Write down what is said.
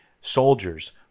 soldiers